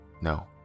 no